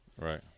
right